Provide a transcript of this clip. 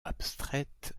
abstraite